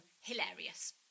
hilarious